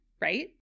right